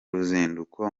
ruzinduko